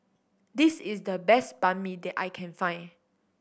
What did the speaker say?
this is the best Banh Mi that I can find